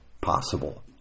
possible